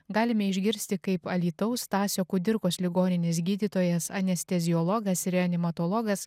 galime išgirsti kaip alytaus stasio kudirkos ligoninės gydytojas anesteziologas reanimatologas